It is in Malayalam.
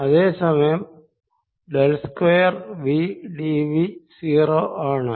അതെ സമയം del square V d V 0 ആണ്